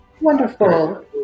Wonderful